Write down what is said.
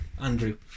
Andrew